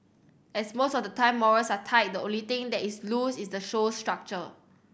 as most of the time morals are tight the only thing that is loose is the show's structure